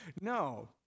No